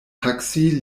taksi